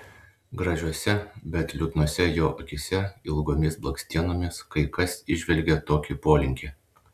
gražiose bet liūdnose jo akyse ilgomis blakstienomis kai kas įžvelgia tokį polinkį